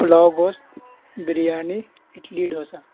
پلاؤ گوشت بریانی اڈلی ڈوسا